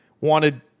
wanted